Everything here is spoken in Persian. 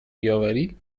بیاوری